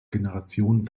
generationen